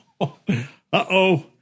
uh-oh